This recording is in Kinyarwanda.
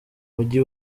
mujyi